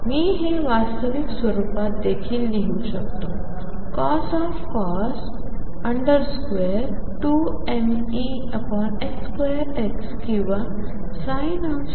मी हे वास्तविक स्वरूपात देखील लिहू शकतो cos 2mE2xकिंवा sin 2mE2x